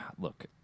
look